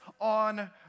on